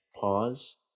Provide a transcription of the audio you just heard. pause